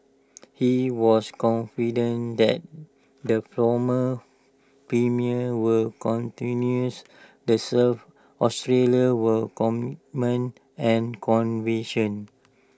he was confident that the former premier will continues the serve Australia will comment and conviction